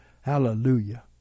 Hallelujah